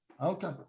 Okay